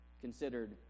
considered